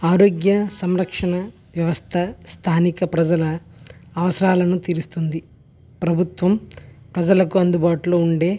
ఆరోగ్య సంరక్షణ వ్యవస్థ స్థానిక ప్రజల అవసరాలను తీరుస్తుంది ప్రభుత్వం ప్రజలకు అందుబాటులో ఉండే